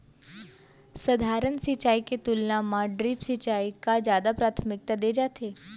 सधारन सिंचाई के तुलना मा ड्रिप सिंचाई का जादा प्राथमिकता दे जाथे